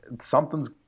something's